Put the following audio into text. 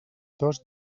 dos